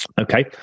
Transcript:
Okay